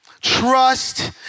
trust